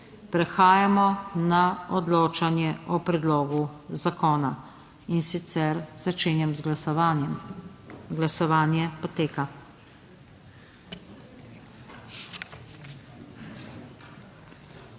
Prehajamo na odločanje o predlogu zakona, in sicer začenjam z glasovanjem. Glasujemo.